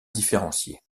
différenciées